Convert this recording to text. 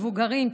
מבוגרים,